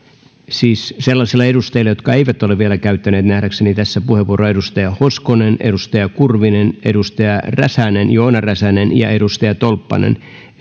siis sellaisilla edustajilla jotka eivät ole vielä nähdäkseni käyttäneet tässä puheenvuoroa edustaja hoskonen edustaja kurvinen edustaja joona räsänen ja edustaja tolppanen